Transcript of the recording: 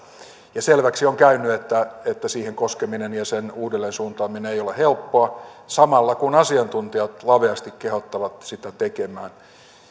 ja selväksi on käynyt että siihen koskeminen ja sen uudelleensuuntaaminen ei ole helppoa samalla kun asiantuntijat laveasti kehottavat sitä tekemään